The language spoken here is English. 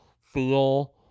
feel